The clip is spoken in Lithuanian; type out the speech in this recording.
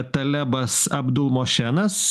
talebas abdul mošenas